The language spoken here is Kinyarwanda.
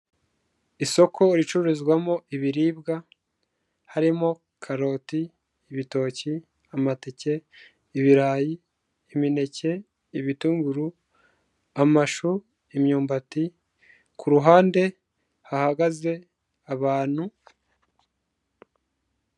Isoko ricururizwamo ibiribwa, harimo, karoti, ibitoki, amateke, ibirayi, imineke, ibitunguru, amashu, imyumbati, ku ruhande hahagaze abantu.